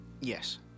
Yes